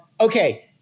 Okay